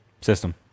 System